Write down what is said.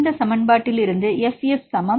இந்த சமன்பாட்டிலிருந்து fF சமம்